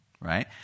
Right